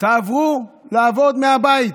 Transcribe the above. תעברו לעבוד מהבית.